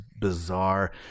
bizarre